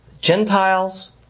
Gentiles